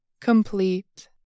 complete